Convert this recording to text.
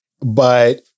But-